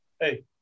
hey